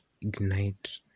ignite